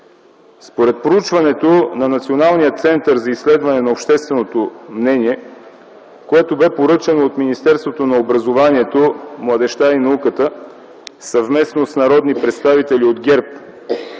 Според проучването на Националния център за изследване на общественото мнение, което бе поръчано от Министерството на образованието, младежта и науката, съвместно с народни представители от ГЕРБ,